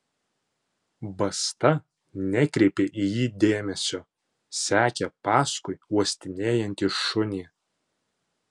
basta nekreipė į jį dėmesio sekė paskui uostinėjantį šunį